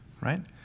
right